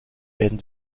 werden